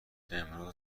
امروز